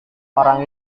orang